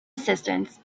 assistance